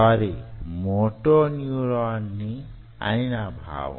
sorry motor న్యూరాన్ని అని నా భావం